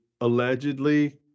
allegedly